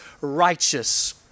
righteous